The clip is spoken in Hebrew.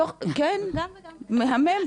מהמם,